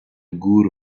گور